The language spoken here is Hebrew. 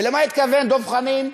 למה התכוון דב חנין,